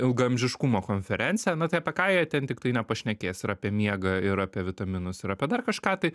ilgaamžiškumo konferencija na tai apie ką jie ten tiktai nepašnekės ir apie miegą ir apie vitaminus ir apie dar kažką tai